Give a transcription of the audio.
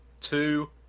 two